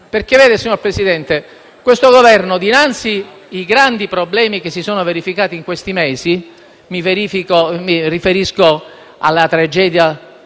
Vede, signor Presidente, questo Governo, dinanzi ai grandi problemi che si sono verificati negli ultimi mesi - mi riferisco alla tragedia